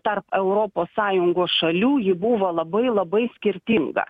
tarp europos sąjungos šalių ji buvo labai labai skirtinga